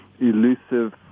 elusive